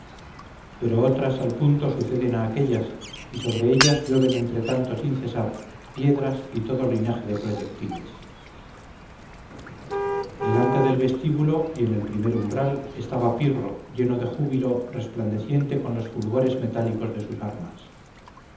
pero otras al punto suceden a aquellas y sobre ellas llueven entre tanto sin cesar piedras y todo linaje de proyectiles delante del vestíbulo y en el primer umbral estaba pirro lleno de júbilo resplandeciente con los fulgores metálicos de sus armas